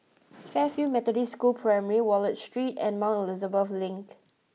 Fairfield Methodist School Primary Wallich Street and Mount Elizabeth Link